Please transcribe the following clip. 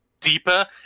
deeper